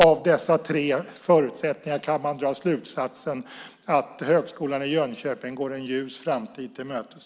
Av dessa tre förutsättningar kan man dra slutsatsen att Högskolan i Jönköping går en ljus framtid till mötes.